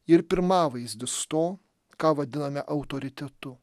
ir pirmavaizdis to ką vadiname autoritetu